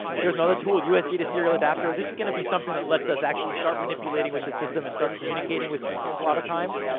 here's another tool, usb-to-serial adapter. this is gonna be something that lets us actually start manipulating with the system, and start communicating with systems, a lot of times.